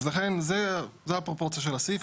זו הפרופורציה של הסעיף.